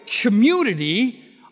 community